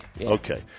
Okay